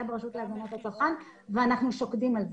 ברשות להגנת הצרכן ואנחנו שוקדים על זה.